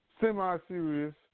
semi-serious